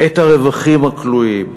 את הרווחים הכלואים,